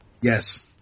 Yes